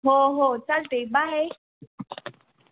हो हो चालतय बाय